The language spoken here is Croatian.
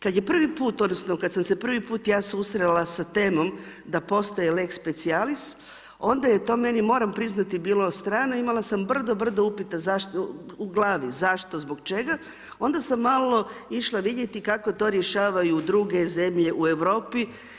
Kada je prvi put, odnosno kada sam se prvi put ja susrela sa temom da postoji lex specialis, onda je to meni moram priznati bilo strano, imala sam brdo, brdo, brdo upita u glavi, zašto, zbog čega, onda sam malo išla vidjeti kako to rješavaju druge zemlje u Europi.